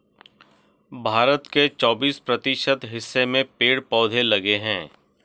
भारत के चौबिस प्रतिशत हिस्से में पेड़ पौधे लगे हैं